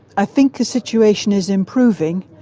i think the situation is improving.